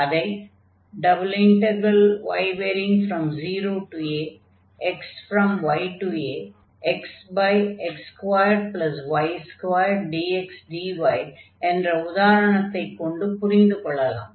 அதை y0axyaxx2y2dxdy என்ற உதாரணத்தைக் கொண்டு புரிந்து கொள்ளலாம்